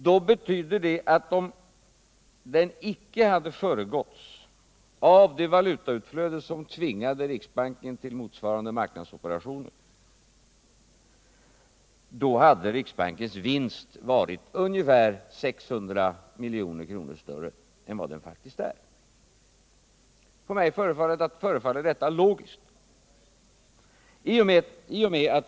Det betyder, att om den icke hade föregåtts av ett valutautflöde, som tvingade riksbanken till motsvarande marknadsoperationer, hade riksbankens vinst varit ungefär 600 milj.kr. större än vad den faktiskt är. För mig förefaller detta logiskt.